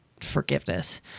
forgiveness